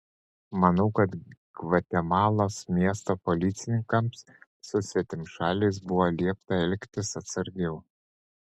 manau kad gvatemalos miesto policininkams su svetimšaliais buvo liepta elgtis atsargiau